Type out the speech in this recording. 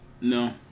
No